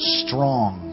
strong